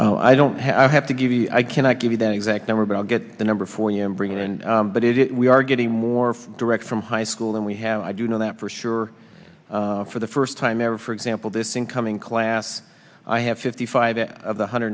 school i don't have to give you i cannot give you an exact number but i'll get the number for you and bring it in but it is we are getting more direct from high school and we have i do know that for sure for the first time ever for example this incoming class i have fifty five of one hundred